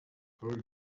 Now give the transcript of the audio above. for